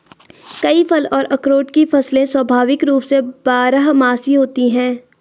कई फल और अखरोट की फसलें स्वाभाविक रूप से बारहमासी होती हैं